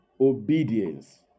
Obedience